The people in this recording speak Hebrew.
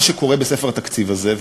מה שקורה בספר התקציב הזה,